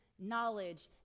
knowledge